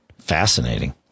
Fascinating